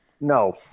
No